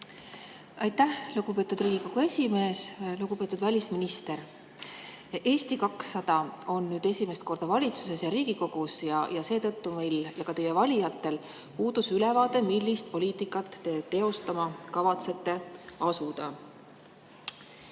Aitäh, lugupeetud Riigikogu esimees! Lugupeetud välisminister! Eesti 200 on nüüd esimest korda valitsuses ja Riigikogus ja seetõttu meil ja ka teie valijatel puudus ülevaade, millist poliitikat te teostama kavatsete asuda.